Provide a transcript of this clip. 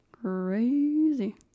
crazy